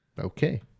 Okay